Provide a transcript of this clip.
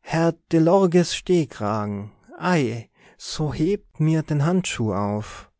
herr delorges stehkragen ei so hebt mir den handschuh auf